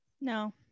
no